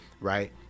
right